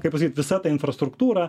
kaip pasakyt visą ta infrastruktūra